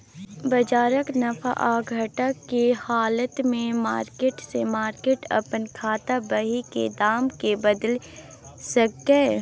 बजारक नफा आ घटा के हालत में मार्केट से मार्केट अपन खाता बही के दाम के बदलि सकैए